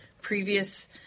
previous